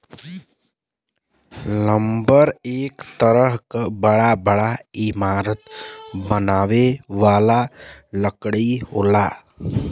lumber एक तरह क बड़ा बड़ा इमारत बनावे वाला लकड़ी होला